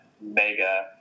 Mega